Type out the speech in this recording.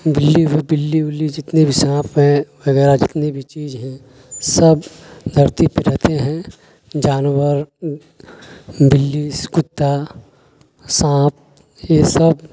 بلّی بلّی الّی جتنے بھی سانپ ہیں وغیرہ جتنے بھی چیز ہیں سب دھرتی پہ رہتے ہیں جانور بلّی کتا سانپ یہ سب